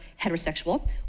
heterosexual